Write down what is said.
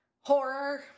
horror